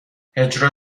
اجرا